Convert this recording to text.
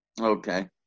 Okay